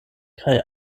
kaj